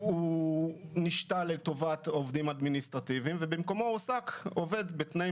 נשתל לטובת עובדים אדמיניסטרטיביים ובמקומו הועסק עובד בתנאים